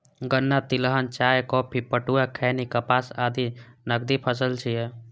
गन्ना, तिलहन, चाय, कॉफी, पटुआ, खैनी, कपास आदि नकदी फसल छियै